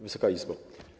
Wysoka Izbo!